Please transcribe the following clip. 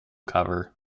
cover